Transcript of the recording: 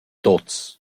tuots